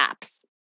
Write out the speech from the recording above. apps